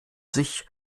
sich